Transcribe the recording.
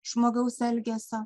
žmogaus elgesio